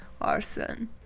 arson